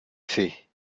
faits